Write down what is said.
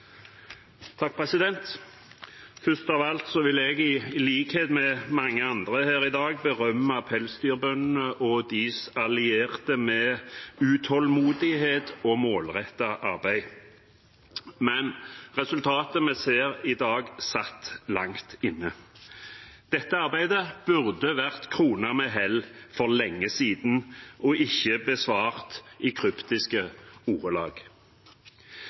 Først av alt vil jeg i likhet med mange andre her i dag berømme pelsdyrbøndene og deres allierte for deres utålmodighet og målrettede arbeid. Men resultatet vi ser i dag, satt langt inne. Dette arbeidet burde vært kronet med hell for lenge siden og ikke vært besvart i kryptiske ordelag.